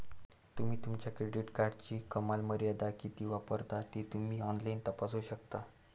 तुम्ही तुमच्या क्रेडिट कार्डची कमाल मर्यादा किती वापरता ते तुम्ही ऑनलाइन तपासू शकता